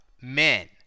men